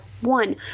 one